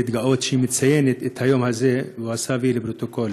להתגאות שהיא מציינת את היום הזה ועושה "וי" לפרוטוקול.